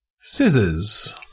Scissors